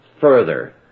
further